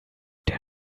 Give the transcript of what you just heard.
der